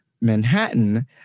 Manhattan